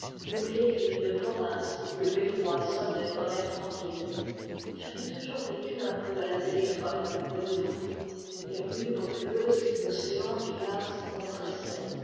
et aux vieilles villes de province où le beffroi sonnait dans l'air tranquille pavais toujours vécu un peu à la belle étoile voyez-vous les rues populeuses l'océan du gaz